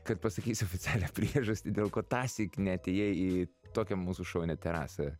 kad pasakysi oficialią priežastį dėl ko tąsyk neatėjai į tokią mūsų šaunią terasą